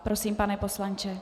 Prosím, pane poslanče.